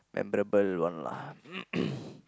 memorable one lah